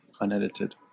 unedited